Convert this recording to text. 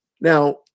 Now